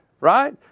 Right